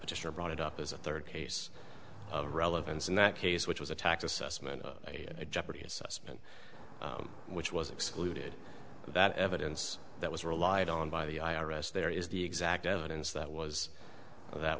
you're brought it up as a third case of relevance in that case which was attacked assessment jeopardy assessment which was excluded that evidence that was relied on by the i r s there is the exact evidence that was that